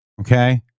Okay